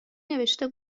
نوشته